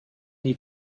need